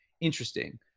Interesting